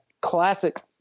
classic